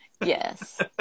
Yes